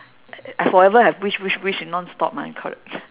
I forever have wish wish wish nonstop [one] correct